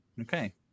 Okay